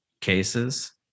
cases